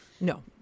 No